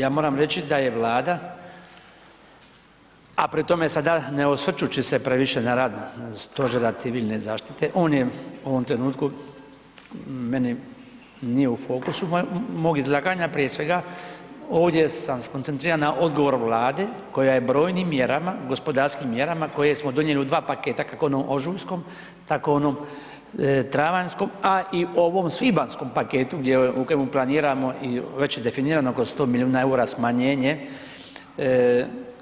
Ja moram reći da je Vlada, a pri tome sada ne osvrćući se previše na rad Stožera CZ, on je u ovom trenutku meni nije u fokusu mog izlaganja prije svega, ovdje sam skoncentriran na odgovor Vlade koja je brojnim mjerama, gospodarskim mjerama koje smo donijeli u dva paketa, kako u onom ožujskom, tako u onom travanjskom, a i u ovom svibanjskom paketu gdje je, u kojem planiramo i već je definirano oko 100 milijuna EUR-a smanjenje,